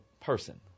person